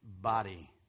body